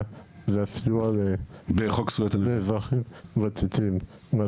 זה הסיוע הראשוני שניתן לאזרחים ותיקים.